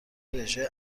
رژه